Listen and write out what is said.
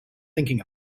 thinking